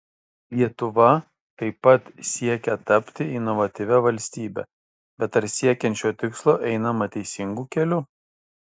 lietuva taip pat siekia tapti inovatyvia valstybe bet ar siekiant šio tikslo einama teisingu keliu